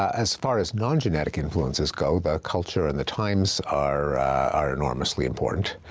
as far as non-genetic influences go, the culture and the times are are enormously important.